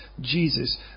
Jesus